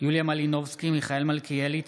יוליה מלינובסקי, מיכאל מלכיאלי.